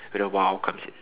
when the !wow! comes in